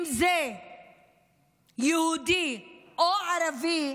אם זה יהודי או ערבי,